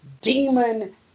Demon